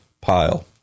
pile